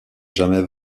jamais